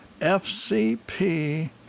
FCP